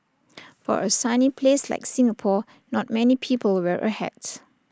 for A sunny place like Singapore not many people wear A hat